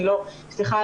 סליחה,